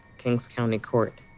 kings county court,